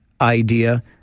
idea